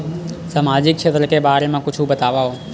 सामाजिक क्षेत्र के बारे मा कुछु बतावव?